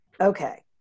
okay